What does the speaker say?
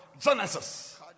Genesis